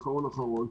אחרון אחרון.